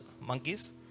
monkeys